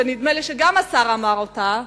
ונדמה לי שגם השר אמר אותה,